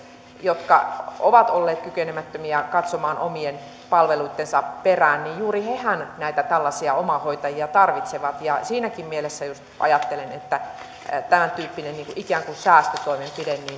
jotka ovat olleet kykenemättömiä katsomaan omien palveluittensa perään näitä omahoitajia tarvitsevat ja siinäkin mielessä ajattelen että tämäntyyppinen ikään kuin säästötoimenpide